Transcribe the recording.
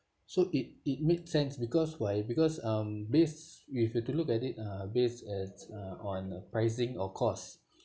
so it it makes sense because why because um based we have to look at it uh based at uh on pricing or cost